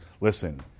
listen